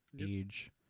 Age